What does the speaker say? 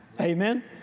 Amen